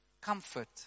Comfort